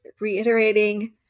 reiterating